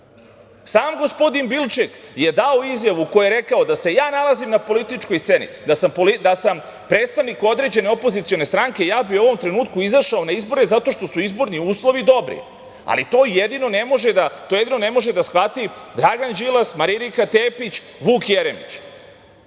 gospodin Bilček je dao izjavu i rekao – da se ja nalazim na političkoj sceni, da sam predstavnik određene opozicione stranke, ja bih u ovom trenutku izašao na izbore zato što su izborni uslovi dobri, ali to jedini ne može da shvati Dragan Đilas, Marinika Tepić, Vuk Jeremić. Kao